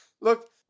Look